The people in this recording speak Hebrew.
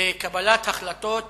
לקבלת החלטות